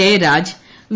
Jayaraj V